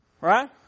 Right